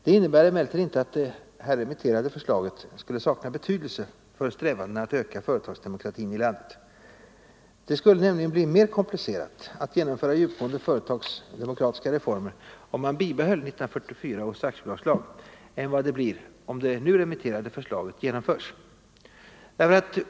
Det innebär emellertid inte att det remitterade förslaget saknar betydelse för strävandena att öka företagsdemokratin här i landet. Det skulle nämligen bli mera komplicerat att genomföra djupgående företagsdemokratiska reformer om man bibehäll 1944 års aktiebolagslag än vad det blir om det remitterade förslaget genomförs.